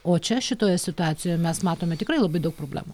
o čia šitoje situacijoje mes matome tikrai labai daug problemų